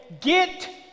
get